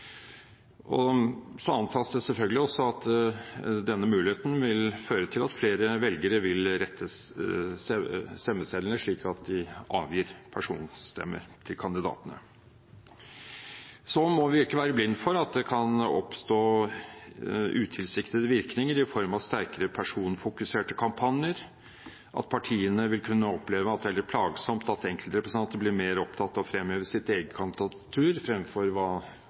antas selvfølgelig at denne muligheten vil føre til at flere velgere vil rette stemmesedlene og avgi personstemme til kandidatene. Vi må ikke være blinde for at det kan oppstå utilsiktede virkninger i form av sterkere personfokuserte kampanjer, og at partiene vil kunne oppleve at det er plagsomt at enkeltrepresentanter blir mer opptatt av å fremheve sitt eget kandidatur fremfor hva